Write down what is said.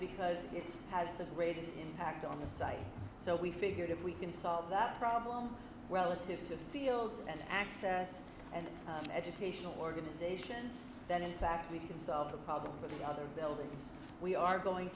because it has the greatest impact on the site so we figured if we can solve that problem relative to the field and access and educational organization that in fact we can solve the problem of the other building we are going